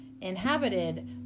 inhabited